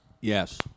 yes